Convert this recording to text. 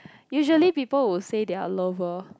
usually people will say their lover